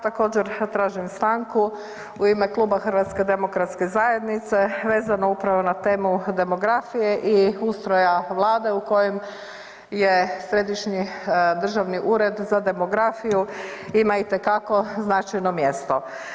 Također tražim stanku u ime kluba HDZ-a vezano upravo na temu demografije i ustroja Vlade u kojem je Središnji državni ured za demografiju ima itekako značajno mjesto.